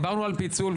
דיברנו על פיצול.